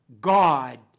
God